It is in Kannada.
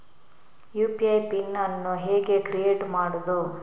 ಯು.ಪಿ.ಐ ಪಿನ್ ಅನ್ನು ಹೇಗೆ ಕ್ರಿಯೇಟ್ ಮಾಡುದು?